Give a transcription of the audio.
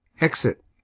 Exit